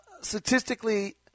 statistically